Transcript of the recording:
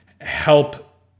help